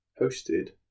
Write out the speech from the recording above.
Hosted